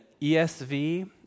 ESV